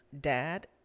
dad